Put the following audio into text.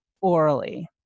orally